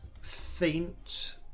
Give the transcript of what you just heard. faint